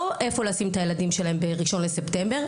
איפה לשים את הילדים שלהם ב-1 בספטמבר,